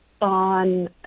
on